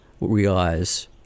realize